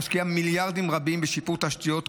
משקיע מיליארדים רבים בשיפור תשתיות,